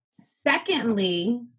Secondly